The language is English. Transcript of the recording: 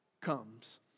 comes